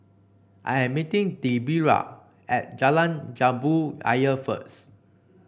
I am meeting Debera at Jalan Jambu Ayer first